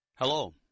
Hello